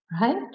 right